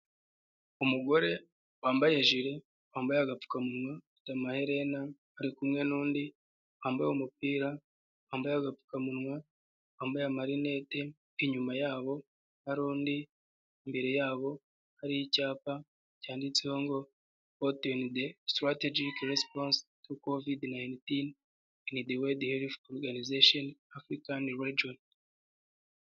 Umugore wambaye ijire wambaye agapfukamunwa ufite amaherena ari kumwe n'undi wambaye umupira, wambaye agapfukamunwa, wambaye amarinete, inyuma yabo hari undi, imbere yabo hari icyapa cyanditseho ngo ripoti oni de sitarategike resiponse tu kovide nayinitini in de wedi herifu oruganizasheni afurikani rejoni.